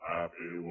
Happy